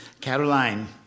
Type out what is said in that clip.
Caroline